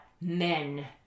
men